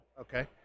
Okay